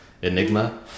Enigma